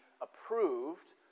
approved